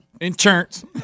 Insurance